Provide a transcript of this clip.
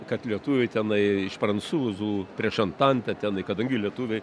kad lietuviai tenai iš prancūzų prieš antantę tenai kadangi lietuviai